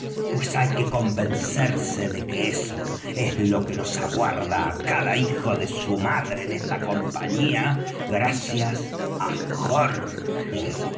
pues hay que convencerse de que éso es lo que nos aguarda á cada hijo de su madre en esta compañía gracias á jorge